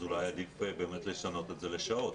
אז אולי עדיף לשנות את זה לשעות,